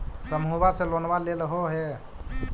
समुहवा से लोनवा लेलहो हे?